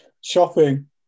Shopping